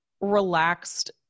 relaxed